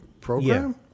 program